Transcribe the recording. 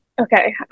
Okay